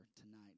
tonight